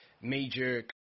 major